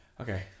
Okay